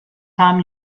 time